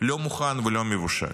לא מוכן ולא מבושל.